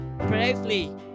bravely